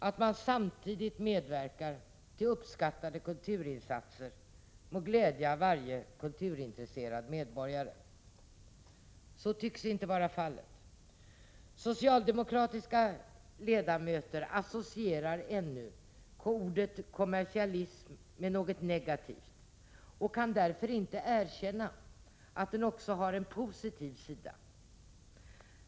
Att man samtidigt medverkar till uppskattade kulturinsatser må glädja varje kulturintresserad medborgare. Så tycks dock inte vara fallet. Socialdemokratiska ledamöter associerar ännu ordet kommersialism med något negativt och kan därför inte erkänna att kommersialismen också har en positiv sida.